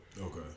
Okay